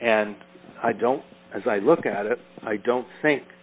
and i don't as i look at it i don't think